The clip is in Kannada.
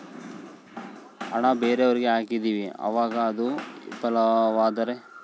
ಹಣ ಬೇರೆಯವರಿಗೆ ಹಾಕಿದಿವಿ ಅವಾಗ ಅದು ವಿಫಲವಾದರೆ?